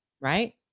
right